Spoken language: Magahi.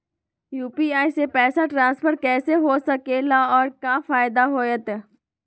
यू.पी.आई से पैसा ट्रांसफर कैसे हो सके ला और का फायदा होएत?